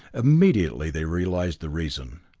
immediately they realized the reason.